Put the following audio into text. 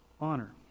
honor